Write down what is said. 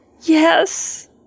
Yes